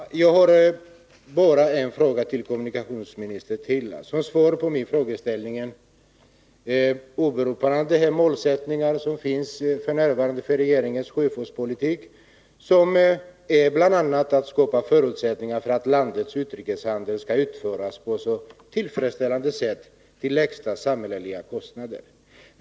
Fru talman! Jag har bara ytterligare en fråga till kommunikationsministern. Som svar på min fråga åberopar kommunikationsministern de målsättningar som f. n. finns för regeringens sjöfartspolitik. De innebär bl.a. ”att skapa förutsättningar för att landets utrikeshandel skall utföras på ett tillfredsställande sätt till lägsta samhällsekonomiska kostnader.